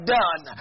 done